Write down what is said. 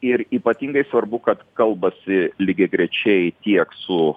ir ypatingai svarbu kad kalbasi lygiagrečiai tiek su